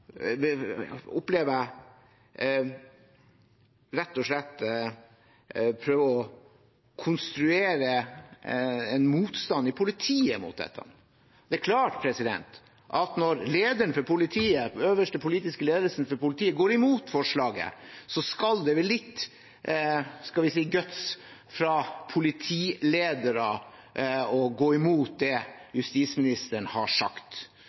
opplever jeg at rett og slett prøver å konstruere en motstand i politiet mot dette. Det er klart at når øverste politiske ledelse for politiet går imot forslaget, krever det vel litt – skal vi si – guts fra politiledere å gå imot det justisministeren har sagt